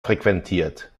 frequentiert